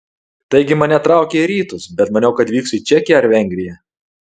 taigi mane traukė į rytus bet maniau kad vyksiu į čekiją ar vengriją